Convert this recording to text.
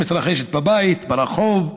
בין שהיא מתרחשת בבית, ברחוב,